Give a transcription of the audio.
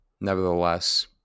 nevertheless